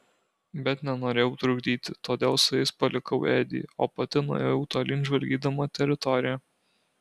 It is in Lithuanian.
bet nenorėjau trukdyti todėl su jais palikau edį o pati nuėjau tolyn žvalgydama teritoriją